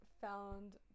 found